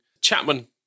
Chapman